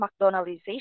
McDonaldization